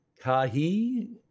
Kahi